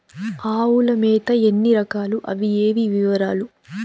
ఆవుల మేత ఎన్ని రకాలు? అవి ఏవి? వివరాలు?